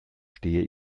stehe